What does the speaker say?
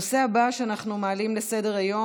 הנושא הבא שאנחנו מעלים לסדר-היום,